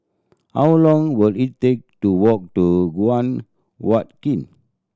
how long will it take to walk to Guan Huat Kiln